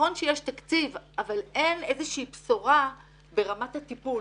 נכון שיש תקציב אבל אין איזושהי בשורה ברמת הטיפול.